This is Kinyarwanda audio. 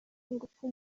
ingufu